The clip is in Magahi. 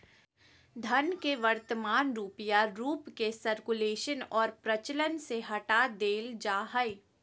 धन के वर्तमान रूप या रूप के सर्कुलेशन और प्रचलन से हटा देल जा हइ